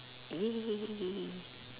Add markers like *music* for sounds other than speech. *noise*